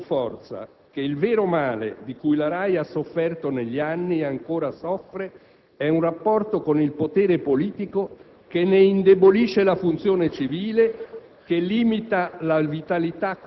permettetemi di sottolineare con forza che il vero male di cui la RAI ha sofferto negli anni e ancora soffre è un rapporto con il potere politico che ne indebolisce la funzione civile,